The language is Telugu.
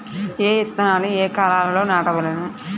ఏ విత్తనాలు ఏ కాలాలలో నాటవలెను?